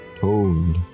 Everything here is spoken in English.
told